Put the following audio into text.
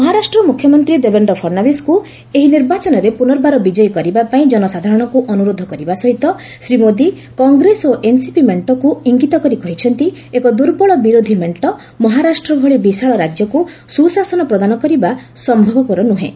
ମହାରାଷ୍ଟ୍ର ମୁଖ୍ୟମନ୍ତ୍ରୀ ଦେବେନ୍ଦ୍ର ଫଡ୍ନବୀସଙ୍କୁ ଏହି ନିର୍ବାଚନରେ ପୁନର୍ବାର ବିଜୟୀ କରିବାପାଇଁ ଜନସାଧାରଣଙ୍କୁ ଅନୁରୋଧ କରିବା ସହିତ ଶ୍ରୀ ମୋଦି କଂଗ୍ରେସ ଓ ଏନ୍ସିପି ମେଣ୍ଟକୁ ଇଙ୍ଗତ କରି କହିଛନ୍ତି ଏକ ଦୁର୍ବଳ ବିରୋଧି ମେଣ୍ଟ ମହାରାଷ୍ଟ୍ର ଭଳି ବିଶାଳ ରାଜ୍ୟକୁ ସୁଶାସନ ପ୍ରଦାନ କରିବା ସମ୍ଭବପର ନୁହେଁ